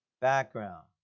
Background